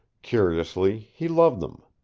curiously, he loved them.